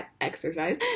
exercise